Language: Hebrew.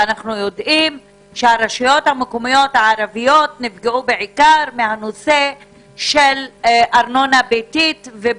ויודעים שהרשויות המקומיות הערביות נפגעו בעיקר מהנושא של ארנונה ביתית,